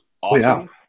awesome